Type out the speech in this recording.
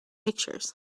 pictures